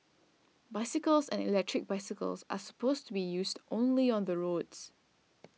bicycles and electric bicycles are supposed to be used only on the roads